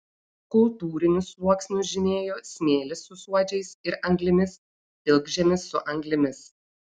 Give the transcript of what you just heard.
kultūrinius sluoksnius žymėjo smėlis su suodžiais ir anglimis pilkžemis su anglimis